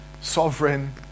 sovereign